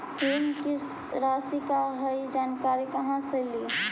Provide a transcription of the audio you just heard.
ऋण किस्त रासि का हई जानकारी कहाँ से ली?